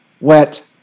wet